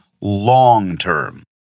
long-term